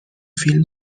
فیلم